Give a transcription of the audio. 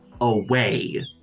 away